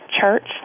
church